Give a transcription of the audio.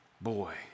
boy